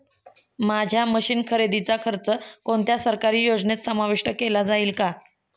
माझ्या मशीन्स खरेदीचा खर्च कोणत्या सरकारी योजनेत समाविष्ट केला जाईल का?